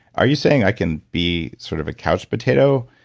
are you saying i can be sort of a couch potato?